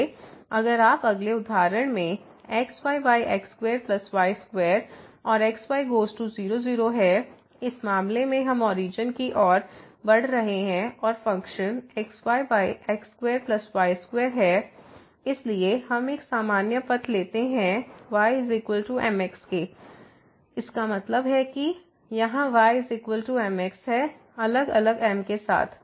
इसलिए अगर आप इस अगले उदाहरण मैं xy x2 y2 और x y गोज़ टू 0 0 है इस मामले में हम ओरिजन की ओर बढ़ रहे हैं और फ़ंक्शन xy x2 y2 है इसलिए हम एक सामान्य पथ लेते हैं y mx के इसका मतलब है कि यहाँ y mx है अलग अलग m के साथ